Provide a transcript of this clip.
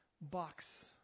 box